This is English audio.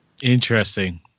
Interesting